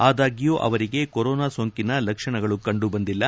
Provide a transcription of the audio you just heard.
ಆದಾಗ್ಲೂ ಅವರಿಗೆ ಕೊರೋನಾ ಸೋಂಕಿನ ಲಕ್ಷಣಗಳು ಕಂಡುಬಂದಿಲ್ಲ